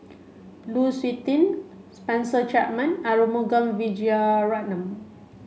Lu Suitin Spencer Chapman Arumugam Vijiaratnam